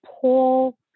pull